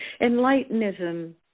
Enlightenism